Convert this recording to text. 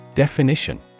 Definition